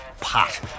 pot